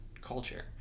culture